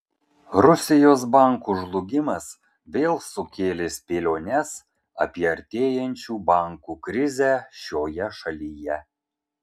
rusijos bankų žlugimas vėl sukėlė spėliones apie artėjančių bankų krizę šioje šalyje